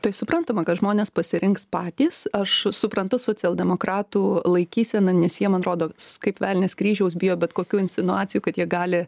tai suprantama kad žmonės pasirinks patys aš suprantu socialdemokratų laikyseną nes jie man rodo kaip velnias kryžiaus bijo bet kokių insinuacijų kad jie gali